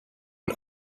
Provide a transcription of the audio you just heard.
and